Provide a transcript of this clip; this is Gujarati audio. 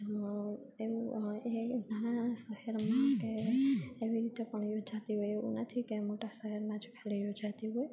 જો એવું એ નાના નાના શહેરોમાં કે એવી રીતે પણ યોજાતી હોય એવું નથી કે મોટા શહેરમાં જ ખાલી યોજાતી હોય